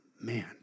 Man